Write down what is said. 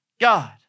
God